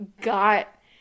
got